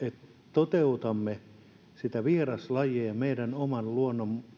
toteutamme vieraslajien ja meidän oman luonnon